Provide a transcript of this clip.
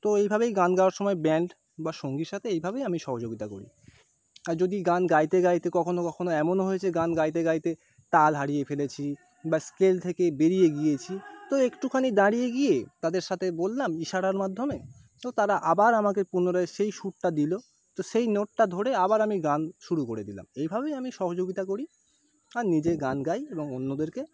তো এইভাবেই গান গাওয়ার সময় ব্যাণ্ড বা সঙ্গীর সাথে এইভাবেই আমি সহযোগিতা করি আর যদি গান গাইতে গাইতে কখনও কখনও এমনও হয়েছে গান গাইতে গাইতে তাল হারিয়ে ফেলেছি বা স্কেল থেকে বেরিয়ে গিয়েছি তো একটুখানি দাঁড়িয়ে গিয়ে তাদের সাথে বললাম ইশারার মাধ্যমে তো তারা আবার আমাকে পুনরায় সেই সুরটা দিল তো সেই নোটটা ধরে আবার আমি গান শুরু করে দিলাম এইভাবেই আমি সহযোগিতা করি আর নিজে গান গাই এবং অন্যদেরকে